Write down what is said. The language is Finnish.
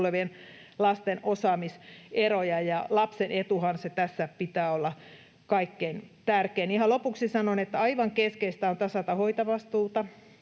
tulevien lasten osaamiseroja, ja lapsen etuhan tässä pitää olla kaikkein tärkein. Ihan lopuksi sanon, että aivan keskeistä on tasata hoitovastuuta,